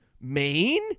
Maine